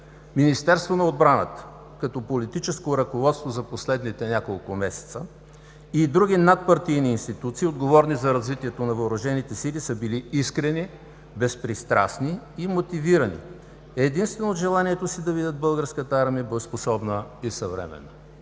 Министерството на отбраната, като политическо ръководство за последните няколко месеца, и други надпартийни институции, отговорни за развитието на Въоръжените сили, са били искрени, безпристрастни и мотивирани единствено от желанието си да видят Българската армия боеспособна и съвременна.